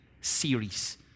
series